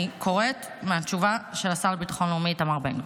אני קוראת מהתשובה של השר לביטחון לאומי איתמר בן גביר.